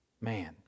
Man